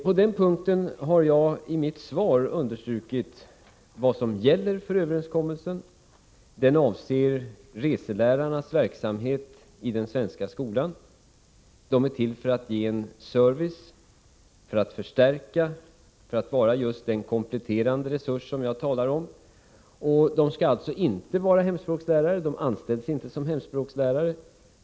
På den punkten har jag i mitt svar understrukit vad som gäller för överenskommelsen. Den avser reselärarnas verksamhet i den svenska skolan. Reselärarna är till för att ge service, för att förstärka, för att vara den kompletterande resurs som jag talar om. De skall alltså inte vara hemspråkslärare — de anställs inte som hemspråkslärare.